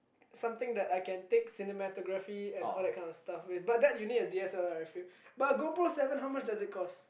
something that I can take cinematography and all that kind of stuff with but that you need a D_S_L_R I feel but GoPro seller how much does it cost